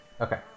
okay